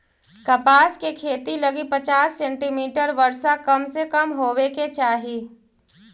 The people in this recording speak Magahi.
कपास के खेती लगी पचास सेंटीमीटर वर्षा कम से कम होवे के चाही